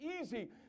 easy